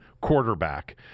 quarterback